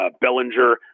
Bellinger